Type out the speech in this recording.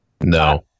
No